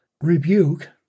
rebuke